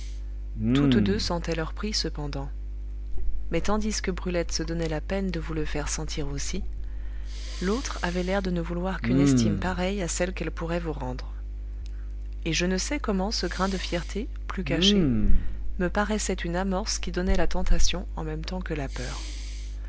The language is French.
toutes deux sentaient leur prix cependant mais tandis que brulette se donnait la peine de vous le faire sentir aussi l'autre avait l'air de ne vouloir qu'une estime pareille à celle qu'elle pourrait vous rendre et je ne sais comment ce grain de fierté plus caché me paraissait une amorce qui donnait la tentation en même temps que la peur